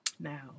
Now